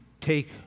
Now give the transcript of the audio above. take